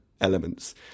elements